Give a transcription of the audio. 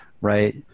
right